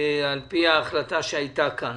על-פי ההחלטה שהייתה כאן.